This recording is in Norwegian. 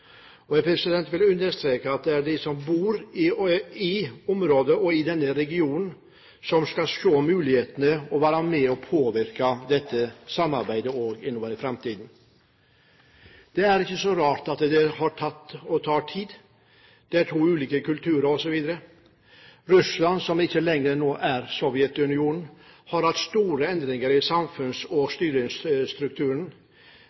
Jeg vil understreke at det er de som bor i området og i denne regionen, som skal se mulighetene og være med og påvirke dette samarbeidet videre i framtiden. Det er ikke så rart at det har tatt tid. Det er to ulike kulturer, osv. Russland, som ikke lenger er Sovjetunionen, har hatt store endringer i samfunns- og